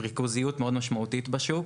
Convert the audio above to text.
וריכוזיות מאוד משמעותית בשוק.